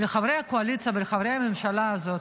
חברי הקואליציה וחברי הממשלה הזאת,